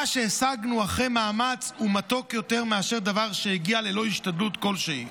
"מה שהשגנו אחרי מאמץ הוא מתוק יותר מאשר דבר שהגיע ללא השתדלות כלשהי,